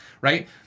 Right